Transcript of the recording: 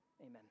Amen